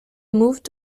moved